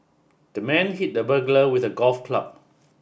the man hit the burglar with a golf club